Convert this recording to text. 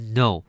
no